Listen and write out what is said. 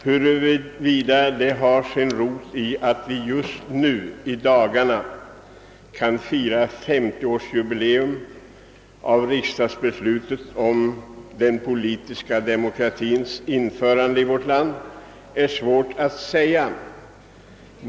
Huruvida det beror på att vi just i dagarna kan fira femtioårsjubileum av riksdagsbeslutet om den politiska demokratins införande i vårt land är svårt att säga.